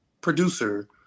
producer